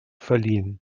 verliehen